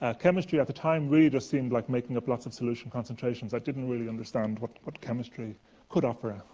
ah chemistry at the time really just seemed like making up lots of solution concentrations. i didn't really understand what what chemistry could offer i